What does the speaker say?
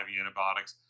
antibiotics